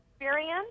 experience